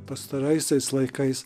pastaraisiais laikais